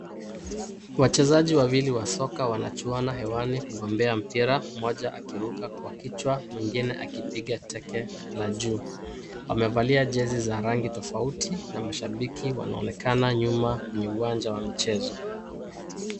Wachezaji wawili wa soka wanachuana hewani kugombea mpira, mmoja akiruka kwa kichwa mwingine akipiga teke la juu. Wamevalia jezi za rangi tofauti na mashabiki wanaonekana nyuma kwenye uwanja wa mchezo.